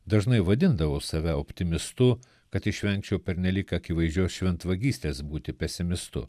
dažnai vadindavau save optimistu kad išvengčiau pernelyg akivaizdžios šventvagystės būti pesimistu